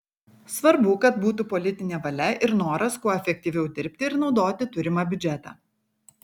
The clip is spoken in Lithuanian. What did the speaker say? svarbu kad būtų politinė valia ir noras kuo efektyviau dirbti ir naudoti turimą biudžetą